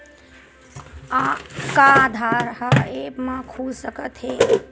का आधार ह ऐप म खुल सकत हे?